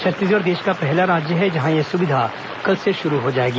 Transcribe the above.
छत्तीसगढ़ देश का पहला राज्य है जहां यह सुविधा कल से शुरू हो जाएगी